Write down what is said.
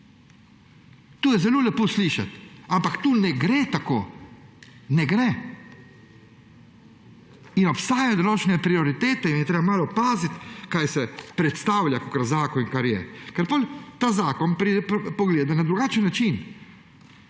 To je zelo lepo slišati, ampak ne gre tako. Ne gre. Obstajajo določene prioritete in je treba malo paziti, kaj se predstavlja kakor zakon. Ker potem ta zakon pride na drugačen način,